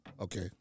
Okay